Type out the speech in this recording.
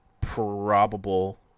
probable